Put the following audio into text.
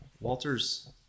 Walter's